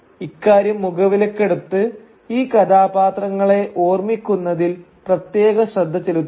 ഇക്കാര്യം മുഖവിലക്കെടുത്ത് ഈ കഥാപാത്രങ്ങളെ ഓർമ്മിപ്പിക്കുന്നതിൽ പ്രത്യേക ശ്രദ്ധ ചെലുത്തുക